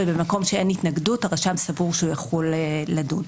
ובמקום שאין התנגדות הרשם סבור שהוא יכול לדון.